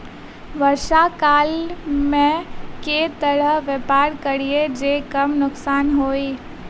वर्षा काल मे केँ तरहक व्यापार करि जे कम नुकसान होइ?